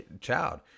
child